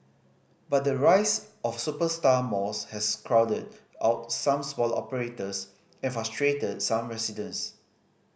but the rise of superstar malls has crowded out some smaller operators and frustrated some residents